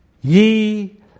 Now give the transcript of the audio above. ye